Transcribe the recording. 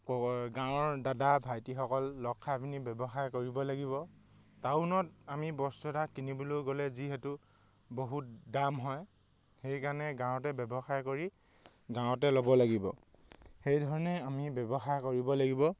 ক'ৰ গাঁৱৰ দাদা ভাইটিসকল লগখাই পিনি ব্যৱসায় কৰিব লাগিব টাউনত আমি বস্তু এটা কিনিবলৈ গ'লে যিহেতু বহুত দাম হয় সেইকাৰণে গাঁৱতে ব্যৱসায় কৰি গাঁৱতে ল'ব লাগিব সেইধৰণে আমি ব্যৱসায় কৰিব লাগিব